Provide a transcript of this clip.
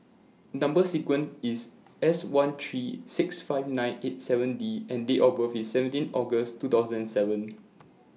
Number sequence IS S one three six five nine eight seven D and Date of birth IS seventeen August two thousand and seven